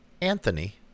Anthony